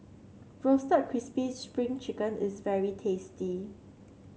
Roasted Crispy Spring Chicken is very tasty